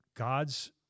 God's